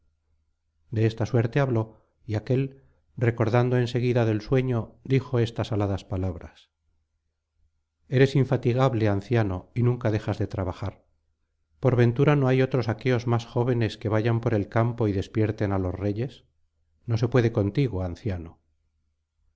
de esta suerte habló y aquél recordando en seguida del sueño dijo estas aladas palabras eres infatigable anciano y nunca dejas de trabajar por ventura no hay otros aqueos más jóvenes que vayan por el campo y despierten á los reyes no se puede contigo anciano